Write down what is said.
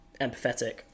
empathetic